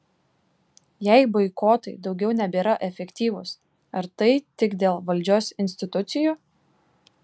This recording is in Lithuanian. jei boikotai daugiau nebėra efektyvūs ar tai tik dėl valdžios institucijų